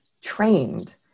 trained